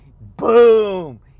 Boom